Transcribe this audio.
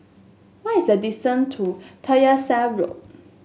what is the distant to Tyersall Road